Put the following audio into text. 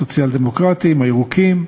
הסוציאל-דמוקרטים, הירוקים,